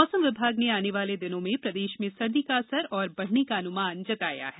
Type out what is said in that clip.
मौसम विभाग ने आने वाले दिनों में प्रदेश में सर्दी का असर और बढ़ने का अनुमान जताया है